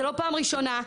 זו לא פעם ראשונה,